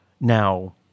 Now